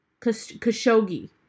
khashoggi